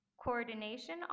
coordination